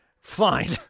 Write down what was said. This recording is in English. Fine